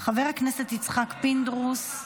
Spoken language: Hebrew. חבר הכנסת יצחק פינדרוס,